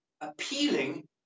appealing